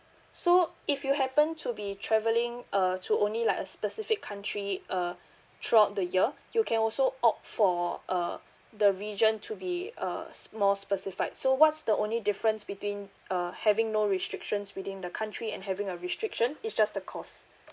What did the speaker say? so if you happen to be travelling uh to only like a specific country uh throughout the year you can also opt for uh the region to be uh more specified so what's the only difference between uh having no restrictions within the country and having a restriction is just the cost